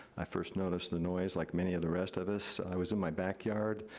i first noticed the noise like many of the rest of us. i was in my backyard,